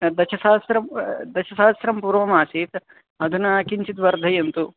दशसहस्रं दशसहस्रं पूर्वमासीत् अधुना किञ्चित् वर्धयन्तु